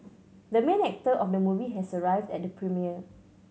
the main actor of the movie has arrived at the premiere